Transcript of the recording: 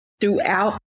throughout